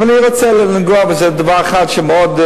אבל אני רוצה לנגוע באיזה דבר אחד שמאוד,